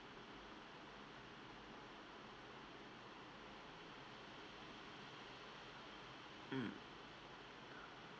mm